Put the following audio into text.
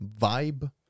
vibe